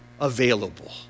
available